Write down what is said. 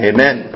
Amen